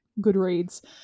Goodreads